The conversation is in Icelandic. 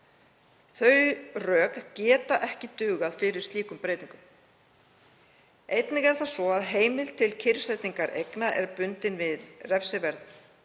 Þau rök geta ekki dugað fyrir slíkum breytingum. Einnig er það svo að heimild til kyrrsetningar eigna er bundin við að refsiverð